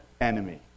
enemy